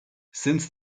since